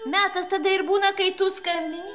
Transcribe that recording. metas tada ir būna kai tu skambini